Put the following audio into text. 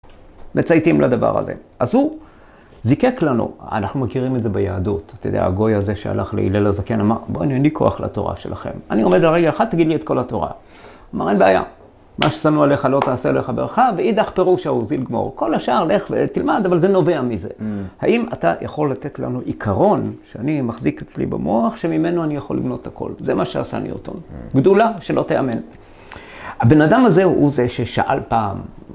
מצייתים לדבר הזה. אז הוא זיקק לנו, אנחנו מכירים את זה ביהדות, אתה יודע, הגוי הזה שהלך להילל לזקן ואמר, בוא הנה, אין לי כוח לתורה שלכם. אני עומד על רגל אחת, תגיד לי את כל התורה. אמר, אין בעיה. מה ששנוא עליך לא תעשה לחברך ואידך פירושה הוא, זיל גמור. כל השאר לך ותלמד אבל זה נובע מזה. האם אתה יכול לתת לנו עיקרון שאני מחזיק אצלי במוח שממנו אני יכול לבנות הכל. זה מה שעשני אותו. גדולה שלא תאמן. הבן אדם הזה הוא זה ששאל פעם,